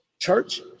Church